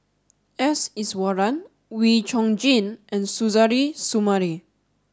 S Iswaran Wee Chong Jin and Suzairhe Sumari